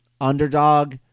underdog